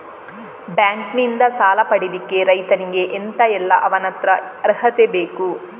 Bank ನಿಂದ ಸಾಲ ಪಡಿಲಿಕ್ಕೆ ರೈತನಿಗೆ ಎಂತ ಎಲ್ಲಾ ಅವನತ್ರ ಅರ್ಹತೆ ಬೇಕು?